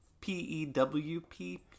P-E-W-P